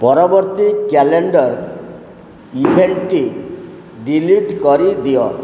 ପରବର୍ତ୍ତୀ କ୍ୟାଲେଣ୍ଡର୍ ଇଭେଣ୍ଟ୍ଟି ଡିଲିଟ୍ କରିଦିଅ